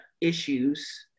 issues